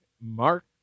Mark